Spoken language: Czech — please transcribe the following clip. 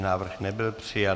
Návrh nebyl přijat.